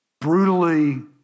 brutally